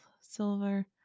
silver